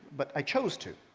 but i chose to.